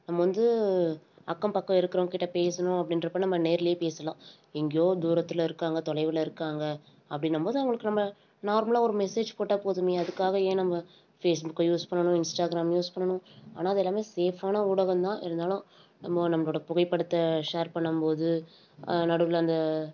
நம்ம வந்து அக்கம் பக்கம் இருக்கிறவங்கக்கிட்ட பேசணும் அப்படின்றப்ப நம்ம நேர்லேயே பேசலாம் எங்கேயோ தூரத்தில் இருக்காங்க தொலைவில் இருக்காங்க அப்டின்னும்போது அவங்களுக்கு நம்ம நார்மலாக ஒரு மெசேஜ் போட்டால் போதுமே அதுக்காக ஏன் நம்ம ஃபேஸ்புக்கை யூஸ் பண்ணணும் இன்ஸ்டாகிராம் யூஸ் பண்ணணும் ஆனால் அது எல்லாமே சேஃபான ஊடகம் தான் இருந்தாலும் நம்ம நம்மளோடய புகைப்படத்தை ஷேர் பண்ணும்போது நடுவில் அந்த